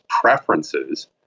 preferences